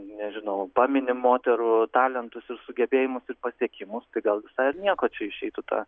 nežinau paminim moterų talentus ir sugebėjimus ir pasiekimus tai gal visai ir nieko čia išeitų ta